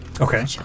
Okay